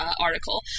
article